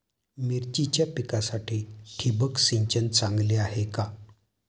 मिरचीच्या पिकासाठी ठिबक सिंचन चांगले आहे का?